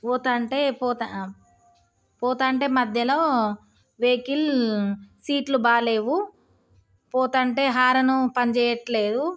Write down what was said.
పోతాంటే పోతా పోతు ఉంటే మధ్యలో వెహకల్ సీట్లు బాగలేవు పోతు ఉంటే హారను పనిచేయట్లేదు